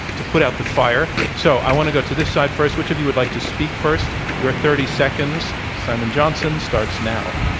to put out the fire. so i want to go to this side first. which of you would like to speak first? your thirty seconds, simon johnson, starts now.